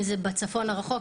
אם זה בצפון הרחוק,